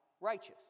righteous